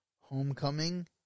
Homecoming